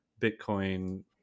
bitcoin